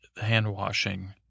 hand-washing